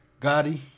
Gotti